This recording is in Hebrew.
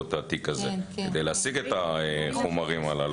בעקבות התיק הזה כדי להשיג את החומרים הללו.